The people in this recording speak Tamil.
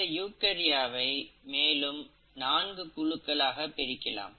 இந்த யூகர்யாவை மேலும் நான்கு குழுக்களாக பிரிக்கலாம்